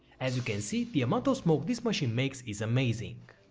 as you can see, the amount of smoke this machine makes is amazing.